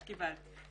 דקות.